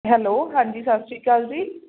hello ਹਾਂਜੀ ਸਤਿ ਸ਼੍ਰੀ ਅਕਾਲ ਜੀ